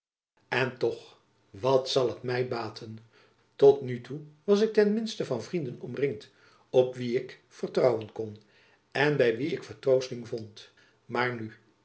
en toch wat zal het my baten tot nu toe was ik ten minsten van vrienden omringd op wie ik vertrouwen kon en by wie ik vertroosting vond maar nu